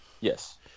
Yes